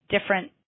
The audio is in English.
different